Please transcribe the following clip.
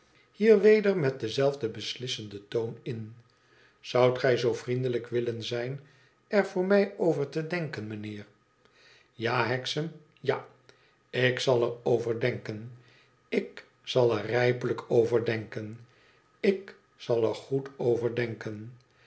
weder met denzelfden beslissenden toon in izoudt gij zoo vriendelijk willen zijn er voor mij over te denken mijnheer ja hexam ja ik zal er over denken ik zal er rijpelijk over denken ik zal er goed over